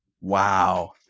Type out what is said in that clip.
Wow